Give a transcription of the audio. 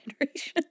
generation